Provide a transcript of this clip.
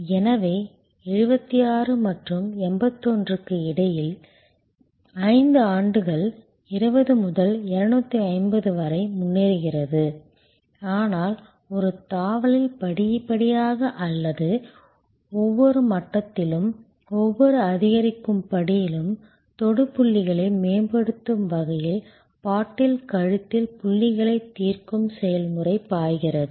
எனவே 76 மற்றும் 81 க்கு இடையில் 5 ஆண்டுகள் 20 முதல் 250 வரை முன்னேறுகிறது ஆனால் ஒரு தாவலில் படிப்படியாக அல்ல ஒவ்வொரு மட்டத்திலும் ஒவ்வொரு அதிகரிக்கும் படியிலும் தொடு புள்ளிகளை மேம்படுத்தும் வகையில் பாட்டில் கழுத்து புள்ளிகளை தீர்க்கும் செயல்முறை பாய்கிறது